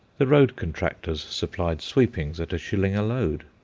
the road-contractors supplied sweepings at a shilling a load.